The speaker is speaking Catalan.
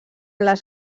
les